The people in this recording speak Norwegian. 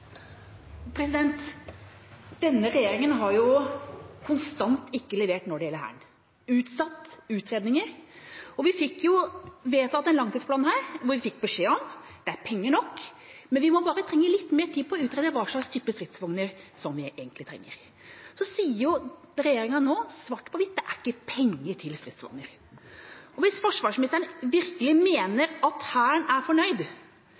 Denne regjeringa har konstant ikke levert når det gjelder Hæren, og den har utsatt utredninger. Vi fikk jo vedtatt en langtidsplan her, hvor vi fikk beskjed om at det var penger nok, men at vi trenger bare litt mer tid på å utrede hva slags type stridsvogner vi egentlig trenger. Så sier regjeringa nå – svart på hvitt – at det ikke er penger til stridsvogner. Hvis forsvarsministeren virkelig mener at Hæren er fornøyd,